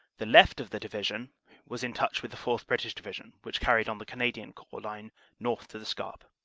the left of the division was in touch with the fourth. british division, which carried on the canadian corps line north to the scarpe.